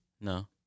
No